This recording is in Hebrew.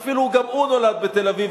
אפילו גם הוא נולד בתל-אביב,